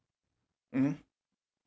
mmhmm